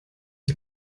ich